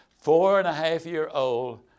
four-and-a-half-year-old